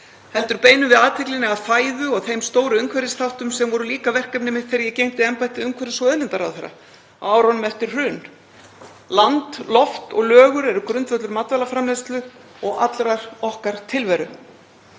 heldur beinum við athyglinni að fæðu og þeim stóru umhverfisþáttum sem voru líka verkefni mitt þegar ég gegndi embætti umhverfis- og auðlindaráðherra á árunum eftir hrun. Land, loft og lögur eru grundvöllur matvælaframleiðslu og allrar okkar tilveru.